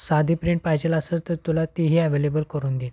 साधी प्रिंट पाहिजेलं असेल तर तुला ती ही ॲव्लेबल करून देईन